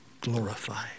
glorified